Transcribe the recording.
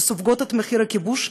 שסופגות את מחיר הכיבוש,